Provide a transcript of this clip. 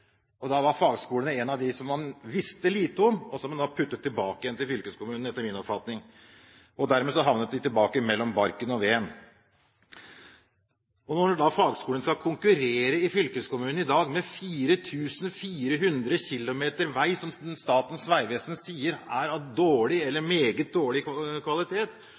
og da var fagskolene av dem man visste lite om, og som man da puttet tilbake til fylkekommunen, etter min oppfatning. Dermed havnet de igjen «mellom barken og veden». Og når da fagskolene i dag skal konkurrere med 4 400 km vei som Statens vegvesen sier er av dårlig eller meget dårlig kvalitet,